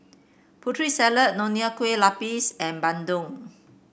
Putri Salad Nonya Kueh Lapis and bandung